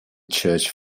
church